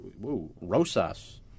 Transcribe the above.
Rosas